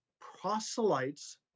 proselytes